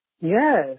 Yes